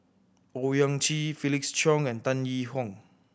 Owyang Chi Felix Cheong and Tan Yee Hong